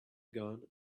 gun